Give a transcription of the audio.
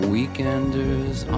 Weekenders